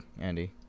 Andy